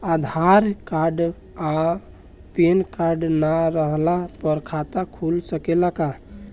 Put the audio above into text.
आधार card आ PAN card ना रहला पर खाता खुल सकेला का?